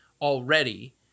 already